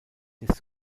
des